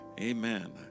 Amen